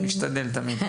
ברשותך.